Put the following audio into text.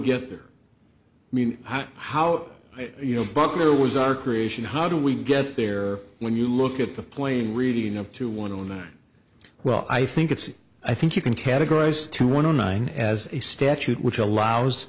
get there i mean how how you know butler was our creation how do we get there when you look at the plain reading of two one on the well i think it's i think you can categorize two one zero nine as a statute which allows